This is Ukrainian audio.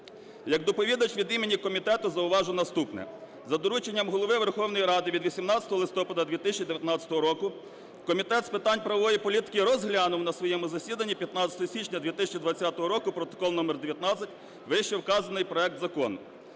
Як доповідач від імені комітету зауважу наступне. За дорученням Голови Верховної Ради від 18 листопада 2019 року Комітет з питань правової політики розглянув на своєму засіданні 15 січня 2020 року (протокол №19) вищевказаний проект закону.